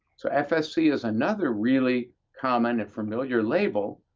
so fsc is another really common and familiar label,